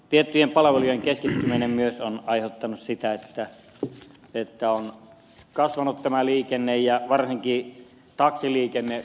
tiettyjen palvelujen keskittyminen on myös aiheuttanut sitä että tämä liikenne on kasvanut ja varsinkin taksiliikenne